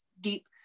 deep